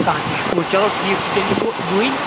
آ تہِ چھُ پوٚز چلو ٹھیٖک چھُ تیٚلہِ یِم بہٕ وٕنۍ